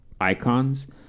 icons